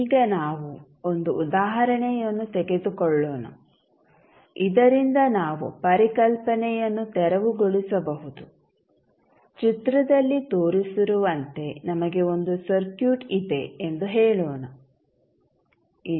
ಈಗ ನಾವು ಒಂದು ಉದಾಹರಣೆಯನ್ನು ತೆಗೆದುಕೊಳ್ಳೋಣ ಇದರಿಂದ ನಾವು ಪರಿಕಲ್ಪನೆಯನ್ನು ತೆರವುಗೊಳಿಸಬಹುದು ಚಿತ್ರದಲ್ಲಿ ತೋರಿಸಿರುವಂತೆ ನಮಗೆ ಒಂದು ಸರ್ಕ್ಯೂಟ್ ಇದೆ ಎಂದು ಹೇಳೋಣ ಇಲ್ಲಿ 0